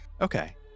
Okay